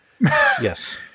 Yes